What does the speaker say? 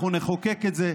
אנחנו נחוקק את זה,